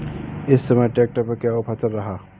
इस समय ट्रैक्टर पर क्या ऑफर चल रहा है?